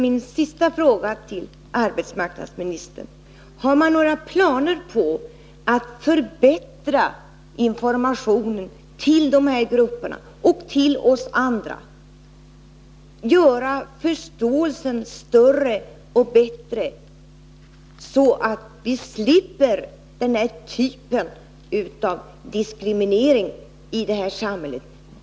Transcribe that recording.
Min sista fråga till arbetsmarknadsministern är därför: Har man några planer på att förbättra informationen till invandrargrupperna och till oss andra för att förbättra förståelsen för dessa frågor, så att vi slipper den här typen av diskriminering i vårt samhälle?